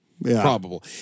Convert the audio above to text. Probable